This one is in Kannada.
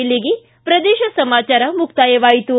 ಇಲ್ಲಿಗೆ ಪ್ರದೇಶ ಸಮಾಚಾರ ಮುಕ್ತಾಯವಾಯಿತು